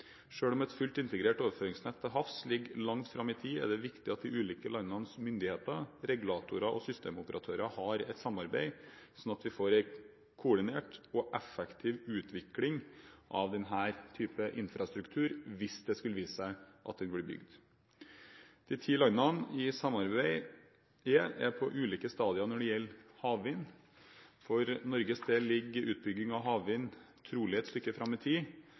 om et fullt integrert overføringsnett til havs ligger langt fram i tid, er det viktig at de ulike lands myndigheter, regulatorer og systemoperatører har et samarbeid, slik at vi får en koordinert og effektiv utvikling av denne type infrastruktur hvis det skulle vise seg at den blir bygd. De ti landene i samarbeidet er på ulike stadier når det gjelder havvind. For Norges del ligger utbygging av havvind trolig et stykke fram i tid.